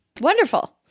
Wonderful